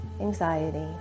anxiety